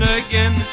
again